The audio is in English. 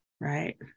right